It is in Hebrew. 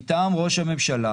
מטעם ראש הממשלה